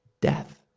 death